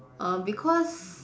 uh because